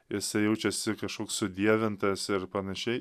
jisai jaučiasi kažkoks sudievintas ir panašiai